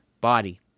body